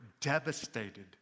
devastated